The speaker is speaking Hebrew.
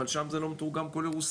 אבל שם זה לא מתורגם לרוסית,